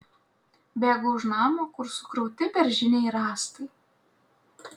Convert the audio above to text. bėgu už namo kur sukrauti beržiniai rąstai